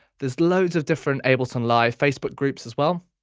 there's loads of different ableton live facebook groups as well.